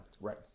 Right